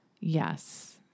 Yes